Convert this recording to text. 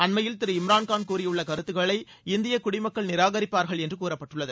அண்மையில் திரு இம்ரான்கான் கூறியுள்ள கருத்துக்களை இந்திய குடிமக்கள் நிராகரிப்பார்கள் என்று கூறப்பட்டுள்ளது